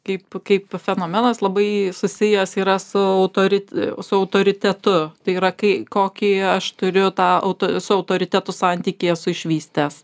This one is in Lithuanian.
kaip kaip fenomenas labai susijęs yra su autori su autoritetu tai yra kai kokį aš turiu tą auto su autoritetu santykį esu išvystęs